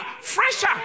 fresher